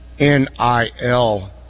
NIL